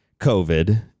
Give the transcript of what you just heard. COVID